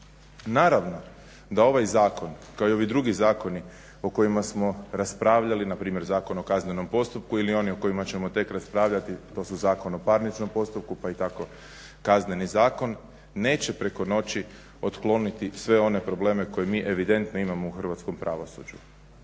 Naravno da ovaj zakon, kao i ovi drugi zakoni o kojima smo raspravljali, npr. Zakon o kaznenom postupku ili oni o kojima ćemo tek raspravljati, to su Zakon o parničnom postupku, pa i tako Kazneni zakon, neće preko noći otkloniti sve one probleme koje mi evidentno imamo u hrvatskom pravosuđu,